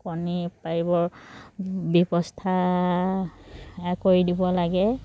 কণী পাৰিবৰ ব্যৱস্থা কৰি দিব লাগে